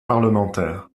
parlementaire